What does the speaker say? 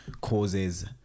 causes